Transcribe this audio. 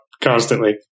constantly